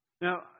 Now